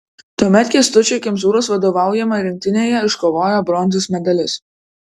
tuomet kęstučio kemzūros vadovaujama rinktinėje iškovojo bronzos medalius